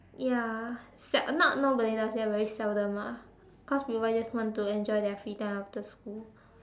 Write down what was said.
ya sel~ not nobody does that very seldom lah cause people just want to enjoy their free time after school